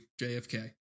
JFK